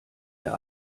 der